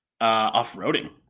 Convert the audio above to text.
off-roading